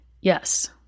Yes